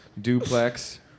duplex